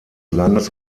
landes